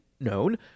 known